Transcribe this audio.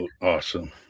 awesome